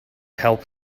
help